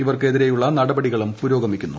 ഇവർക്ക് എതിരെയുള്ള നടപടികളും പുരോഗമിക്കുന്നു